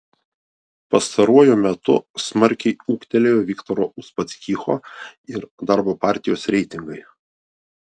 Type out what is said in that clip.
pastaruoju metu smarkiai ūgtelėjo viktoro uspaskicho ir darbo partijos reitingai